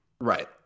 Right